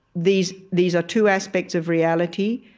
these these are two aspects of reality.